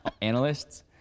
analysts